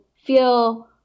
feel